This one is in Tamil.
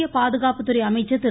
மத்திய பாதுகாப்புத்துறை அமைச்சர் திரு